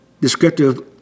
descriptive